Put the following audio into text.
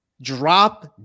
drop